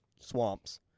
Swamps